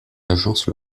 l’agence